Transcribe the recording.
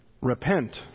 repent